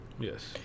Yes